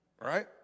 Right